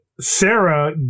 Sarah